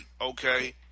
okay